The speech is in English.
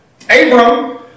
Abram